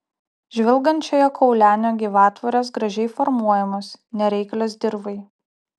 žvilgančiojo kaulenio gyvatvorės gražiai formuojamos nereiklios dirvai